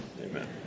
Amen